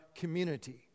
community